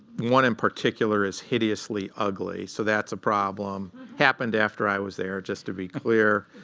one in particular is hideously ugly, so that's a problem. happened after i was there, just to be clear.